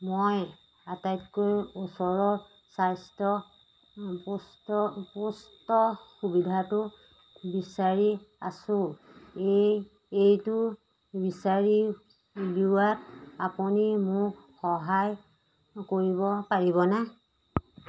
মই আটাইতকৈ ওচৰৰ স্বাস্থ্য পোষ্ট পোষ্ট সুবিধাটো বিচাৰি আছোঁ এই এইটো বিচাৰি উলিওৱাত আপুনি মোক সহায় কৰিব পাৰিবনে